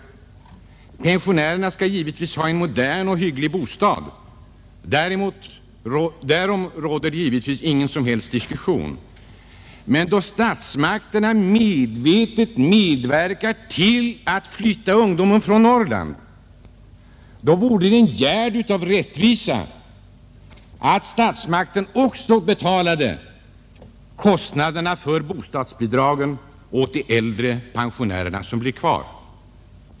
Varje pensionär skall givetvis ha en modern och hygglig bostad, därom råder ingen som helst diskussion. Men då statsmakterna medvetet medverkar till att flytta ungdomen från Norrland vore det en gärd av rättvisa att staten också betalade kostnaderna för bostadsbidragen åt de äldre, åt pensionärerna som blir kvar.